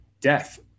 death